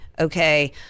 Okay